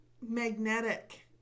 magnetic